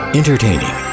entertaining